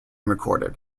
recorded